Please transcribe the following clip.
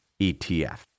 ETF